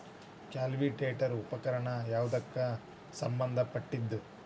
Cultivator ಉಪಕರಣ ಯಾವದಕ್ಕ ಸಂಬಂಧ ಪಟ್ಟಿದ್ದು?